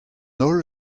holl